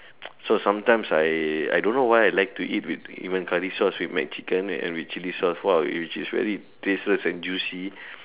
so sometimes I I don't know why I like to eat with even curry sauce with McChicken and with chili sauce !wow! which is very tasteless and juicy